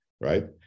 right